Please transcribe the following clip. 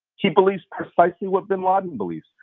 he believes precisely what bin laden believes.